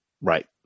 Right